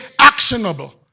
actionable